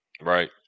Right